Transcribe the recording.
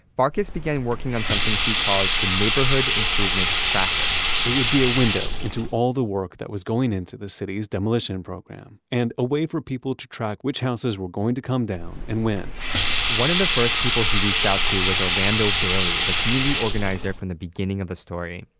farkas began working on something he calls the neighborhood improvement tracker it would be a window into all the work that was going into into the city's demolition program and a way for people to track which houses were going to come down and when one of and the first people he reached out to was orlando bailey, the community organizer from the beginning of a story.